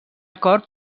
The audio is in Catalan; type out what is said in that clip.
acord